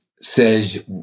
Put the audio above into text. says